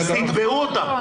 אז תתבעו אותם.